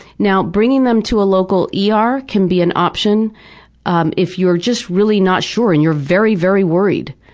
now, bringing them to a local yeah ah er can be an option um if you're just really not sure and you're very, very worried,